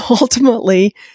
ultimately